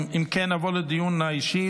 אם כן, נעבור לדיון האישי.